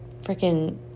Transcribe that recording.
freaking